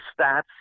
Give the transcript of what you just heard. stats